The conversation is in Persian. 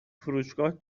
فروشگاه